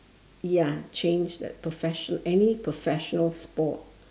ya change that professional any professional sport